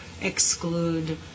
exclude